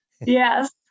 yes